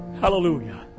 Hallelujah